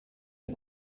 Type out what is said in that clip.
een